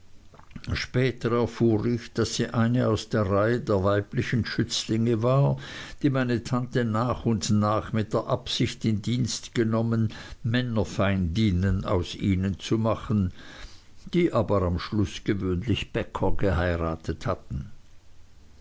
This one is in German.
später erfuhr ich daß sie eine aus der reihe der weiblichen schützlinge war die meine tante nach und nach mit der absicht in dienst genommen männerfeindinnen aus ihnen zu machen die aber am schluß gewöhnlich bäcker geheiratet hatten